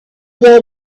war